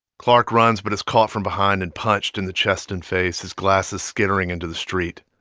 clark runs but is caught from behind and punched in the chest and face, his glasses skittering into the street.